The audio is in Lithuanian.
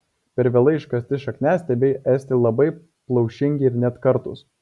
per vėlai iškasti šakniastiebiai esti labai plaušingi ir net kartūs